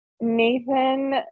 Nathan